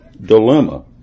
dilemma